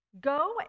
go